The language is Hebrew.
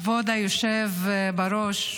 כבוד היושב-ראש,